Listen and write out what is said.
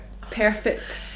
perfect